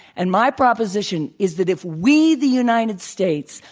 and my proposition is that if we, the united states,